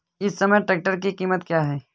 इस समय ट्रैक्टर की कीमत क्या है?